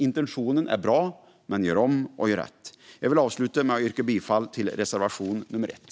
Intentionen är som sagt bra. Men: Gör om! Gör rätt! Jag vill avsluta med att yrka bifall till reservation nummer 1.